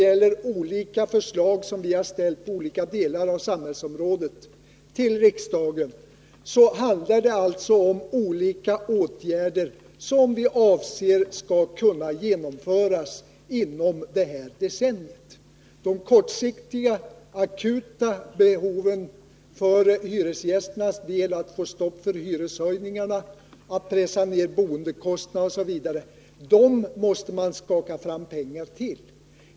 De förslag inom olika delar av samhället som vi har framställt för riksdagen handlar alltså om olika åtgärder som vi avser skall kunna genomföras inom detta decennium. För att tillgodose de kortsiktiga, akuta behoven för hyresgästernas del — att få stopp på hyreshöjningarna, pressa ned boendekostnaderna osv. — måste man skaka fram pengar.